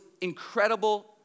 incredible